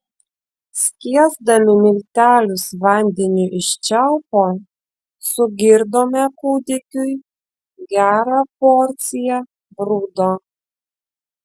skiesdami miltelius vandeniu iš čiaupo sugirdome kūdikiui gerą porciją brudo